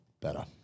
better